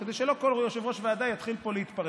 כדי שלא כל יושב-ראש ועדה יתחיל פה להתפרע.